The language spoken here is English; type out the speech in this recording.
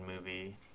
movie